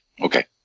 Okay